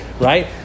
right